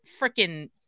freaking